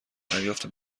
دریافتم